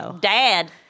dad